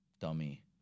dummy